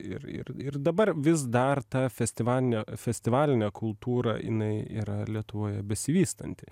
ir ir ir dabar vis dar ta festivalinė festivalinė kultūra jinai yra lietuvoje besivystanti